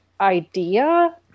idea